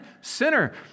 sinner